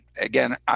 Again